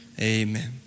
Amen